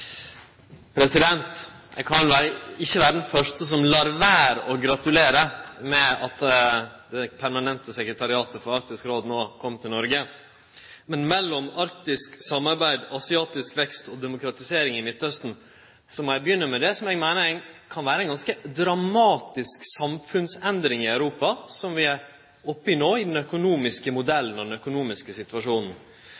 til Noreg. Men mellom arktisk samarbeid, asiatisk vekst og demokratisering i Midtausten må eg begynne med det som eg meiner kan vere ei ganske dramatisk samfunnsendring i Europa, som vi er oppe i no i den økonomiske